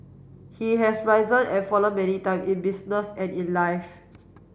he has risen and fallen many time in business and in life